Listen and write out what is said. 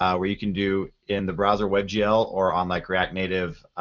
um where you can do in the browser webgl or on like react native,